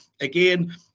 Again